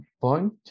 point